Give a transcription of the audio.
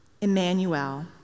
Emmanuel